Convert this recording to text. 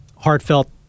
Heartfelt